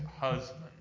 husband